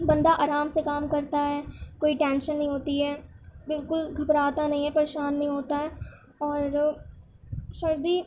بندہ آرام سے کام کرتا ہے کوئی ٹینشن نہیں ہوتی ہے بالکل گھبراتا نہیں ہے پریشان نہیں ہوتا ہے اور سردی